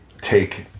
take